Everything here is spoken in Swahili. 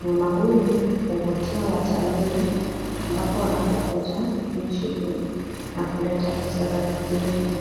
Mnyama huyu huvutia watalii amabapo wanapokuja nchi hii na kuleta pesa za kigeni.